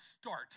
start